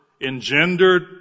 engendered